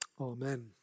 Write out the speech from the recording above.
Amen